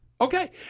Okay